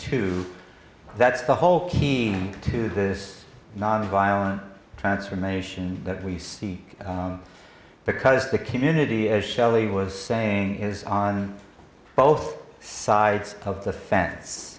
two that's the whole key to this nonviolent transformation that we seek because the community is shelly was saying is on both sides of the fence